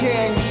King